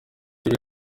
turi